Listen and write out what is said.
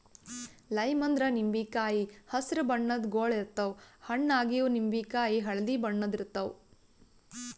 lime ಅಂದ್ರ ನಿಂಬಿಕಾಯಿ ಹಸ್ರ್ ಬಣ್ಣದ್ ಗೊಳ್ ಇರ್ತವ್ ಹಣ್ಣ್ ಆಗಿವ್ ನಿಂಬಿಕಾಯಿ ಹಳ್ದಿ ಬಣ್ಣದ್ ಇರ್ತವ್